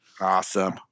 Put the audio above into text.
Awesome